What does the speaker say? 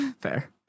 fair